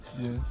yes